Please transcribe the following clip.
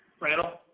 randall?